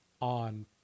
on